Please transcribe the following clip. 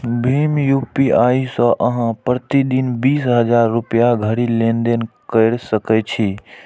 भीम UPI सं अहां प्रति दिन बीस हजार रुपैया धरि लेनदेन कैर सकै छी